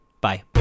Bye